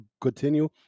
continue